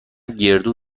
گردو